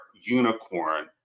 unicorn